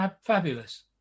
fabulous